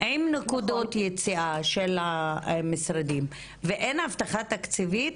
אין נקודות יציאה של המשרדים ואין הבטחה תקציבית?